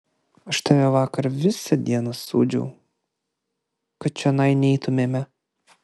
aš tave vakar visą dieną sūdžiau kad čionai neitumėme